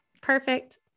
Perfect